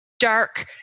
dark